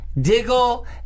Diggle